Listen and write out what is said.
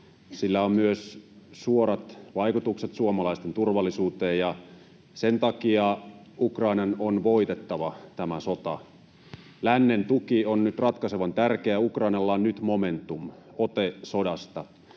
Sillä on myös suorat vaikutukset suomalaisten turvallisuuteen, ja sen takia Ukrainan on voitettava tämä sota. Lännen tuki on nyt ratkaisevan tärkeä: Ukrainalla on nyt momentum, ote sodasta.